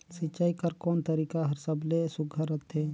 सिंचाई कर कोन तरीका हर सबले सुघ्घर रथे?